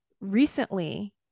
recently